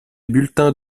bulletins